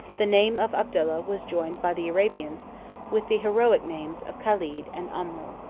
the name of abdallah was joined by the arabians with the heroic names of caled and amrou.